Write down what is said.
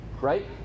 right